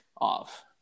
off